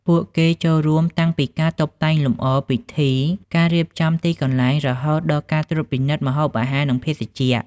ពួកគេចូលរួមតាំងពីការ តុបតែងលម្អ ពិធី ការរៀបចំ ទីកន្លែង រហូតដល់ការត្រួតពិនិត្យ ម្ហូបអាហារ និងភេសជ្ជៈ។